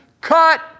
cut